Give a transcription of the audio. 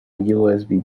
usb